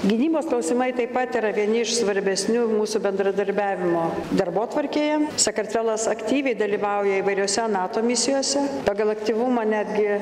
gynybos klausimai taip pat yra vieni iš svarbesnių mūsų bendradarbiavimo darbotvarkėje sakartvelas aktyviai dalyvauja įvairiose nato misijose pagal aktyvumą netgi